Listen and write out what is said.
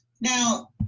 now